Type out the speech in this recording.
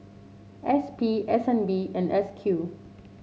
S P S N B and S Q